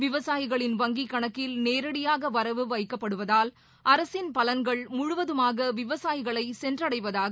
விவசாயிகளின் வங்கி கணக்கில் நேரடியாக வரவு வைக்கப்படுவதால் அரசின் பலன்கள் முழுவதமாக விவசாயிகளை சென்றடைவதாக அமைச்சர் கூறினார்